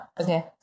okay